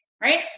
Right